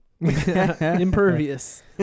Impervious